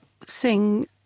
sing